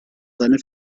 seine